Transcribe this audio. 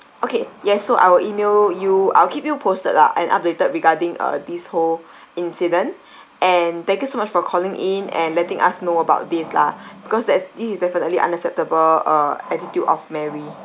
okay yes so I will email you I'll keep you posted lah and updated regarding uh this whole incident and thank you so much for calling in and letting us know about this lah because that is this is definitely unacceptable uh attitude of mary